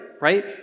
right